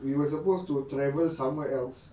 we were supposed to travel somewhere else